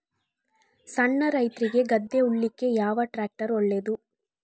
ಸಣ್ಣ ರೈತ್ರಿಗೆ ಗದ್ದೆ ಉಳ್ಳಿಕೆ ಯಾವ ಟ್ರ್ಯಾಕ್ಟರ್ ಒಳ್ಳೆದು?